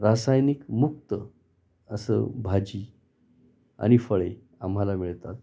रासायनिक मुक्त असं भाजी आणि फळे आम्हाला मिळतात